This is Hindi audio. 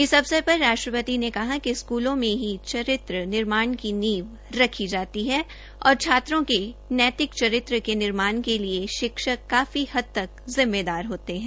इस अवसर पर राष्ट्रपति ने कहा कि स्कूलों में ही चरित्र निर्माण की नींव रखी जाती है और छात्रों के नैतिक चरित्र के निर्माण् के लिए शिक्षक काफी हद तक जिम्मेदार होते है